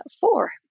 four